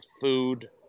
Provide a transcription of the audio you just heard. food